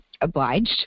obliged